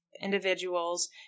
individuals